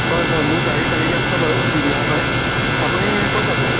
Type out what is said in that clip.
হয় হয় মোৰ গাড়ী তেনেকৈ আছে বাৰু দিয়া হয় আপুনি ক'ত যাব